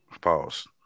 Pause